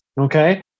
Okay